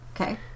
Okay